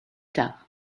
tard